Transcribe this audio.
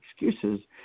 excuses